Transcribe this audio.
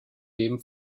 dem